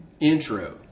intro